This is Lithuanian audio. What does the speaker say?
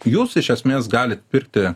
jūs iš esmės galit pirkti